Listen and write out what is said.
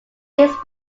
dates